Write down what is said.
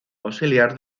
auxiliar